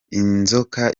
inzoka